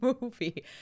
movie